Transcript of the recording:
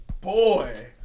Boy